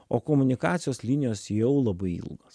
o komunikacijos linijos jau labai ilgos